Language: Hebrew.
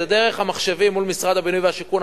זה דרך המחשבים מול משרד הבינוי והשיכון.